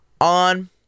on